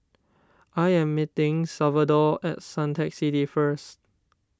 I am meeting Salvador at Suntec City first